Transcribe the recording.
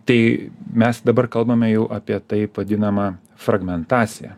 tai mes dabar kalbame jau apie taip vadinamą fragmentaciją